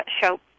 show